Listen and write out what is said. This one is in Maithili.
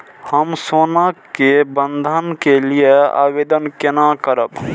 हम सोना के बंधन के लियै आवेदन केना करब?